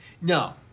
No